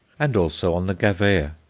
and also on the gavea,